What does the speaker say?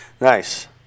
Nice